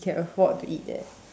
he can afford to eat that